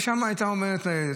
ושם הייתה עומדת ניידת.